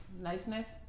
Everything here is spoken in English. Niceness